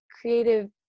creative